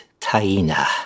Taina